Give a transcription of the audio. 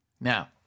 Now